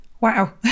Wow